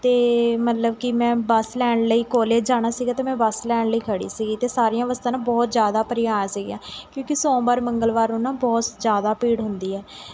ਅਤੇ ਮਤਲਬ ਕਿ ਮੈਂ ਬੱਸ ਲੈਣ ਲਈ ਕੋਲਜ ਜਾਣਾ ਸੀਗਾ ਅਤੇ ਮੈਂ ਬੱਸ ਲੈਣ ਲਈ ਖੜ੍ਹੀ ਸੀਗੀ ਅਤੇ ਸਾਰੀਆਂ ਬੱਸਾਂ ਨਾ ਬਹੁਤ ਜ਼ਿਆਦਾ ਭਰੀਆਂ ਆ ਸੀਗੀਆਂ ਕਿਉਂਕਿ ਸੋਮਵਾਰ ਮੰਗਲਵਾਰ ਨੂੰ ਨਾ ਬਹੁਤ ਜ਼ਿਆਦਾ ਭੀੜ ਹੁੰਦੀ ਹੈ